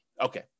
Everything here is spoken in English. Okay